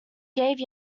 gave